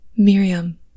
Miriam